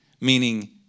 Meaning